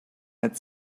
had